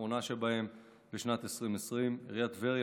האחרונה שבהם בשנת 2020. עיריית טבריה